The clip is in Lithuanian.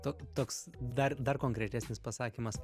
to toks dar dar konkretesnis pasakymas